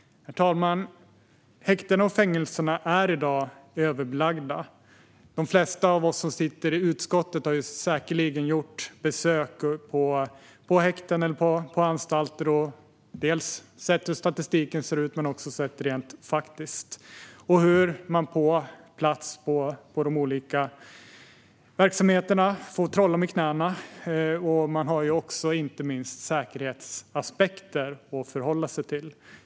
Häktena och fängelserna är i dag överbelagda. De flesta av oss som sitter i utskottet har säkerligen sett statistiken men också gjort besök på häkten eller anstalter och sett hur det ser ut rent faktiskt. De på plats i de olika verksamheterna får trolla med knäna, och det finns inte minst säkerhetsaspekter att förhålla sig till.